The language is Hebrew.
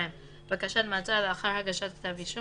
(ד2)בקשת מעצר לאחר הגשת כתב אישום